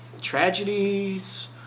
tragedies